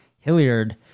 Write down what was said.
Hilliard